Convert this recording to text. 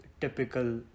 typical